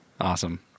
Awesome